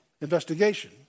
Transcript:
investigation